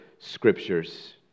Scriptures